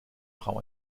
frau